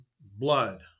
Blood